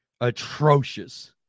atrocious